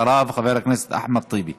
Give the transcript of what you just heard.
אחריו, חבר הכנסת אחמד טיבי.